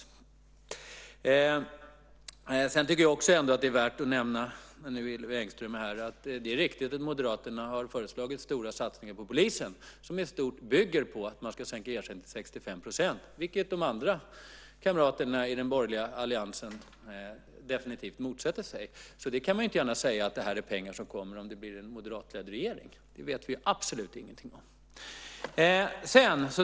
När nu Hillevi Engström är här tycker jag också att det är värt att nämna att det är riktigt att Moderaterna har föreslagit stora satsningar på polisen. Dessa bygger dock i stort på att man ska sänka ersättningarna till 65 %, vilket de andra kamraterna i den borgerliga alliansen definitivt motsätter sig. Man kan alltså inte gärna säga att detta är pengar som kommer om det blir en moderatledd regering. Det vet vi absolut ingenting om.